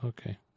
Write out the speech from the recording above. Okay